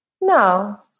no